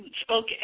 spoke